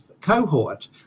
cohort